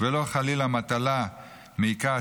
ולא חלילה מטלה מעיקה,